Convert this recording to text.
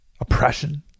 oppression